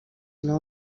nou